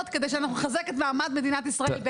כדי שנעשה טוב לעם ישראל ולמדינת ישראל.